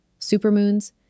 supermoons